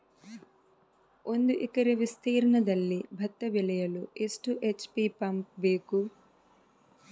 ಒಂದುಎಕರೆ ವಿಸ್ತೀರ್ಣದಲ್ಲಿ ಭತ್ತ ಬೆಳೆಯಲು ಎಷ್ಟು ಎಚ್.ಪಿ ಪಂಪ್ ಬೇಕು?